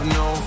no